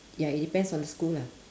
ya it depends on the school lah